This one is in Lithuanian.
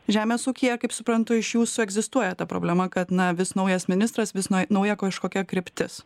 žemės ūkyje kaip suprantu iš jūsų egzistuoja ta problema kad na vis naujas ministras vis nau nauja kažkokia kryptis